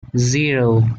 zero